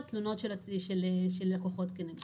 לפי העניין על התקיימות נסיבה מן הנסיבות